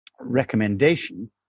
recommendation